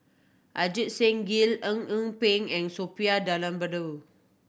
Ajit Singh Gill Eng Eng Peng and Suppiah Dhanabalan